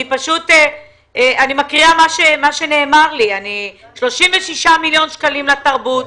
אני מקריאה מה שנאמר לי: 36 מיליון שקלים לתרבות,